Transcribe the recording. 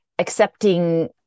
accepting